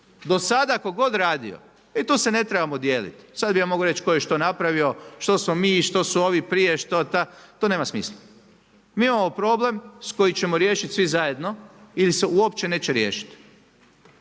Do sada tko god radio. I tu se ne trebamo dijeliti, sad bi ja mogao reći tko je što napravio, što smo mi i što su ovi prije, to nema smisla. Mi imamo problem koji ćemo riješiti svi zajedno, ili se uopće neće riješiti.